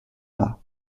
pas